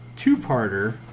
Two-parter